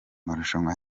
marushanwa